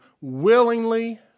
willingly